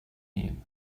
need